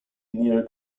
near